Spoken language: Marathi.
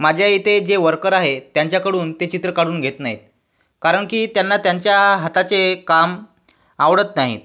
माझ्या इथे जे वर्कर आहेत त्यांच्याकडून ते चित्र काढून घेत नाहीत कारण की त्यांना त्यांच्या हाताचे काम आवडत नाही